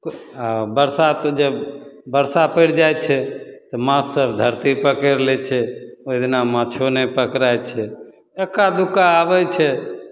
आओर बरसात जब बरसा पड़ि जाइ छै तऽ माछसभ धरती पकड़ि लै छै ओहिदिना माछो नहि पकड़ाइ छै एक्का दुक्का आबै छै